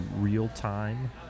real-time